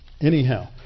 Anyhow